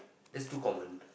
that's too common